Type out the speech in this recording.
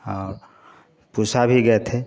और पूसा भी गए थे